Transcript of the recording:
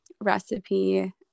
recipe